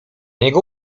niego